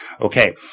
okay